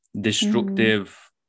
destructive